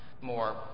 more